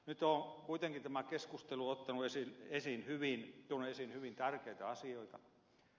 nyt kuitenkin tämä keskustelu on tuonut esiin hyvin tärkeitä asioita